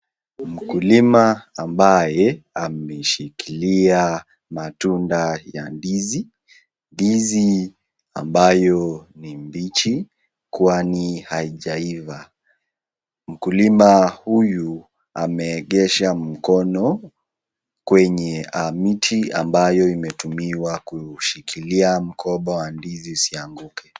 Mkulima ambaye ameshikilia matunda ya ndizi , ndizi ambayo ni bichi kwani haijaiva , mkulima huyu ameegesha mkono kwenye miti ambayo imetumiwa kushikilia mgomba wa ndizi usianguke???